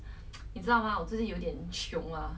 but then it's only ten dollar